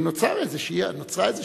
נוצרה איזו הבנה